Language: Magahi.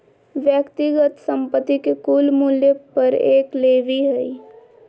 व्यक्तिगत संपत्ति के कुल मूल्य पर एक लेवी हइ